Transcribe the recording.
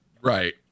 Right